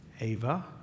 Ava